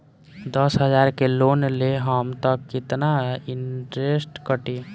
दस हजार के लोन लेहम त कितना इनट्रेस कटी?